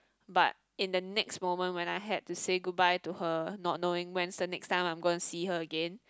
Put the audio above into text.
but in the next moment when I had to say goodbye to her not knowing when is the next time I'm gonna see her again